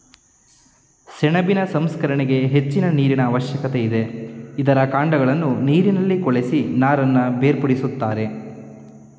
ಸೆಣಬಿನ ಸಂಸ್ಕರಣೆಗೆ ಹೆಚ್ಚಿನ ನೀರಿನ ಅವಶ್ಯಕತೆ ಇದೆ, ಇದರ ಕಾಂಡಗಳನ್ನು ನೀರಿನಲ್ಲಿ ಕೊಳೆಸಿ ನಾರನ್ನು ಬೇರ್ಪಡಿಸುತ್ತಾರೆ